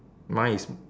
mine is